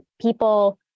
people